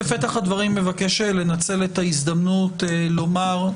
בפתח הדברים אני מבקש לנצל את ההזדמנות לומר,